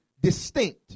distinct